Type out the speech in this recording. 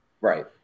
Right